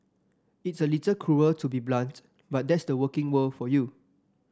it's a little cruel to be so blunt but that's the working world for you